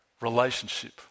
relationship